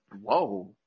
whoa